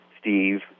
Steve